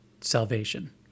salvation